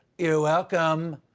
you're welcome.